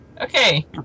okay